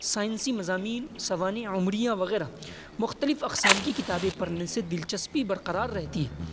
سائنسی مضامین سوانح عمریاں وغیرہ مختلف اقسام کی کتابیں پڑھنے سے دلچسپی برقرار رہتی ہے